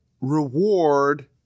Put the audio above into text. reward